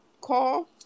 call